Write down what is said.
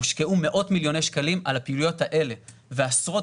הושקעו מאות מיליוני שקלים על הפעילויות האלה ועשרות